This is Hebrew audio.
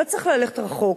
לא צריך ללכת רחוק.